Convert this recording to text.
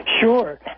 Sure